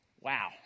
Wow